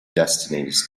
destinies